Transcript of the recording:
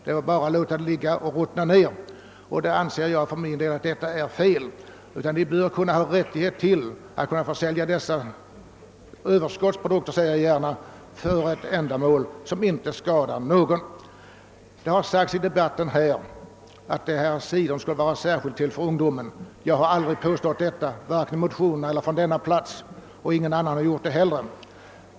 Det har sagts i debatten här att cidern särskilt skulle vara till för ungdomen. Jag har aldrig påstått det, vare sig i motionen eller från denna plats, och ingen annan har gjort det heller.